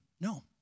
No